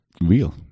real